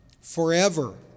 Forever